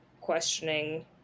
questioning